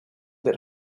that